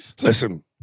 Listen